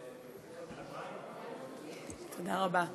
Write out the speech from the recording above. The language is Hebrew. צהריים טובים.